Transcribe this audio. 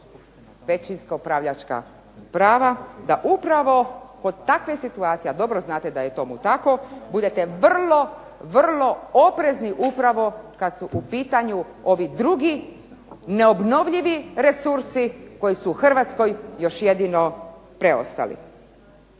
većinska upravljačka prava, da upravo kod takve situacije a dobro znate da je tome tako budete vrlo, vrlo oprezni upravo kada su u pitanju ovi drugi neobnovljivi resursi koji su HRvatskoj još jedino preostali.